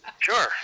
Sure